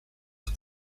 was